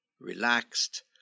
relaxed